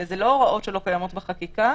זה לא הוראות שלא קיימות בחקיקה.